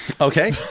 Okay